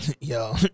Yo